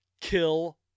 kill